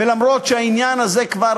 ולמרות שהעניין הזה כבר